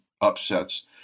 upsets